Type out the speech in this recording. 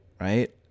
right